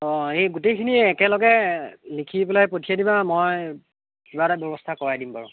অঁ এই গোটেইখিনি একেলগে লিখি পেলাই পঠিয়াই দিবা মই কিবা এটা ব্যৱস্থা কৰাই দিম বাৰু